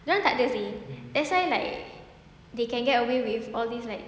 dorang tak ada seh that's why like they can get away with all this like